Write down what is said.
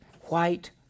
white